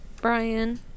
Brian